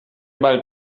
bald